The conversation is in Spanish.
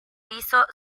hizo